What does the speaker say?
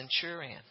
centurion